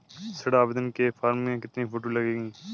ऋण आवेदन के फॉर्म में कितनी फोटो लगेंगी?